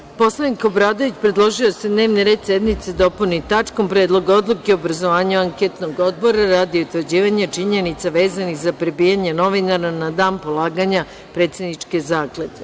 Narodni poslanik Boško Obradović predložio je da se dnevni red sednice dopuni tačkom – Predlog odluke o obrazovanju anketnog odbora radi utvrđivanja činjenica vezanih za prebijanje novinara na dan polaganja predsedničke zakletve.